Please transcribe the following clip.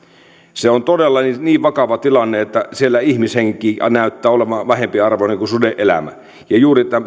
se on todella niin niin vakava tilanne että siellä ihmishenki näyttää olevan vähempiarvoinen kuin suden elämä ja juuri tämän